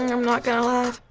and i'm not gonna laugh.